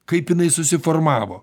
kaip jinai susiformavo